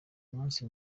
munsi